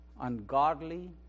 Ungodly